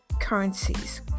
currencies